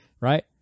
right